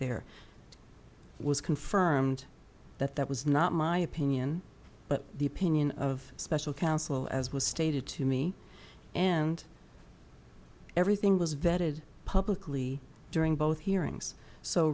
there was confirmed that that was not my opinion but the opinion of the special counsel as was stated to me and everything was vetted publicly during both hearings so